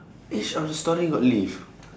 each of the storey got lift